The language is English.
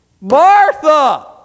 Martha